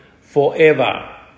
forever